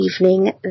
evening